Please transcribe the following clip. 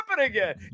again